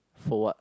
for what